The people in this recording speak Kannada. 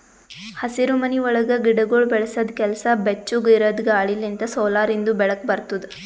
ಹಸಿರುಮನಿ ಒಳಗ್ ಗಿಡಗೊಳ್ ಬೆಳಸದ್ ಕೆಲಸ ಬೆಚ್ಚುಗ್ ಇರದ್ ಗಾಳಿ ಲಿಂತ್ ಸೋಲಾರಿಂದು ಬೆಳಕ ಬರ್ತುದ